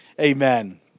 Amen